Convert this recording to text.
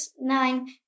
nine